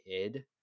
id